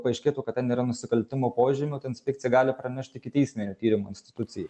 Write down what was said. paaiškėtų kad ten yra nusikaltimo požymių tai inspekcija gali pranešti ikiteisminio tyrimo institucijai